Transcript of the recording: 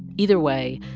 either way,